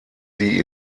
sie